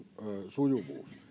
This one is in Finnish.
sujuvuus